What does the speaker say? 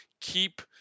keep